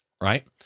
right